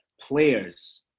Players